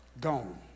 gone